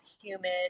humid